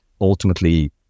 ultimately